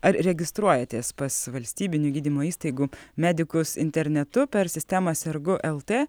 ar registruojatės pas valstybinių gydymo įstaigų medikus internetu per sistemą sergu lt